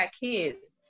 kids